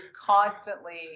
constantly